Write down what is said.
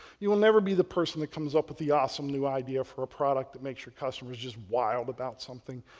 you will never be the person that comes up with the awesome new idea for a product that makes your customers just wild about something.